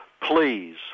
please